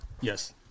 Yes